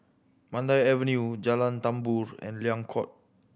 Mandai Avenue Jalan Tambur and Liang Court